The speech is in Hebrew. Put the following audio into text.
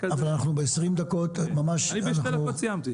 אבל יש לנו 20 דקות אני שתי דקות וסיימתי.